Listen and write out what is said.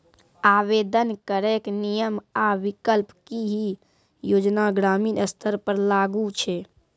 आवेदन करैक नियम आ विकल्प? की ई योजना ग्रामीण स्तर पर लागू छै?